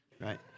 right